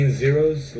zeros